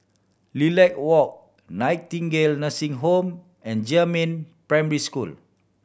Lilac Walk Nightingale Nursing Home and Jiemin Primary School